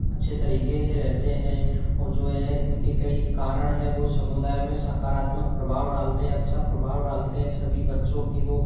अच्छे तरीके से रहते हैं और जो हैं इनके कई कारण हैं वो समुदाय में सकारात्मक प्रभाव डालते हैं अच्छा प्रभाव डालते हैं सभी बच्चों की वो